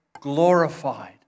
glorified